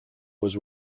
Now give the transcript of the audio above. was